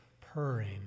purring